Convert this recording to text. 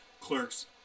clerks